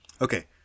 Okay